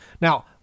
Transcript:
Now